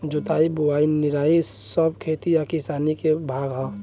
जोताई बोआई निराई सब खेती आ किसानी के भाग हा